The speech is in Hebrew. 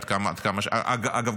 אגב,